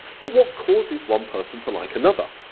but what causes one person to like another?